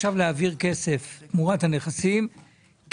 נלך לחברה ממשלתית וניתן לה עוד מיליארד שקל כדי שהיא